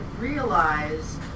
realize